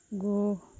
go